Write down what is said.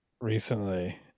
recently